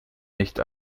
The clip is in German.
nicht